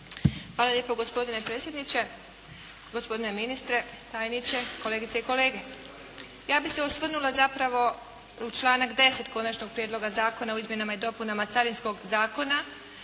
Hvala lijepo gospodine predsjedniče, gospodine ministre, tajniče, kolegice i kolege. Ja bih se osvrnula zapravo u članak 10. Konačnog prijedloga zakona o izmjenama i dopunama Carinskog zakona